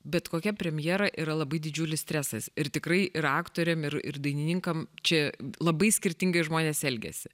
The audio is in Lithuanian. bet kokia premjera yra labai didžiulis stresas ir tikrai ir aktoriam ir ir dainininkam čia labai skirtingai žmonės elgiasi